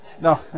no